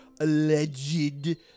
alleged